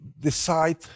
decide